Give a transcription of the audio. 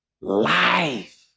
life